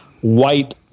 white